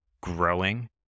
growing